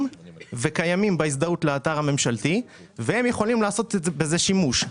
וקיימים בהזדהות לאתר הממשלתי והם יכולים לעשות בזה שימוש.